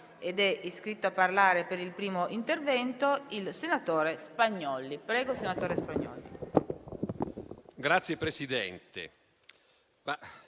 Grazie, Presidente.